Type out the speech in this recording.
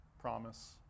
promise